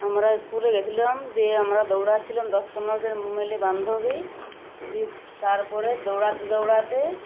আমরা স্কুলে গেছিলাম দিয়ে আমরা দৌড়াচ্ছিলাম দশ পনেরো জন মিলি বান্ধবী দিয়ে তারপরে দৌড়াতে দৌড়াতে